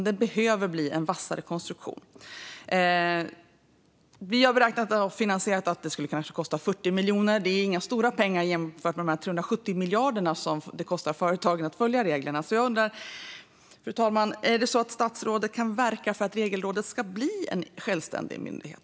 Det behöver bli en vassare konstruktion. Vi har beräknat att det skulle kosta kanske 40 miljoner. Det är inga stora pengar jämfört med de 370 miljarder det kostar företagen att följa reglerna. Jag undrar därför om statsrådet kan verka för att Regelrådet ska bli en självständig myndighet?